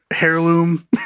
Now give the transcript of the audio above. heirloom